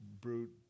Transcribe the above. brute